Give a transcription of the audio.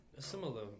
Similar